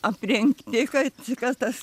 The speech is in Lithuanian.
aprengti kaip ir kas tas